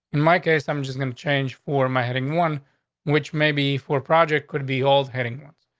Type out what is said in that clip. in my case, i'm just gonna change for my heading. one which may be for project could be old heading one.